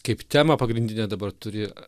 kaip temą pagrindinę dabar turi